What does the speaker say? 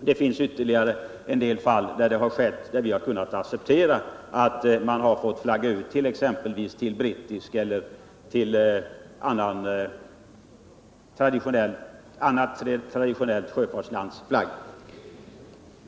Och det finns ytterligare en del fall där vi har kunnat acceptera utflaggning, t.ex. till brittisk eller annan flagg från traditionellt sjöfartsland.